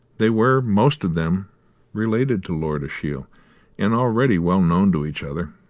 they were most of them related to lord ashiel and already well known to each other.